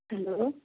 hello